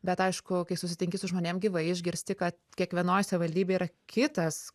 bet aišku kai susitinki su žmonėm gyvai išgirsti kad kiekvienoj savivaldybėj yra kitas